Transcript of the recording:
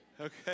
okay